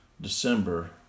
December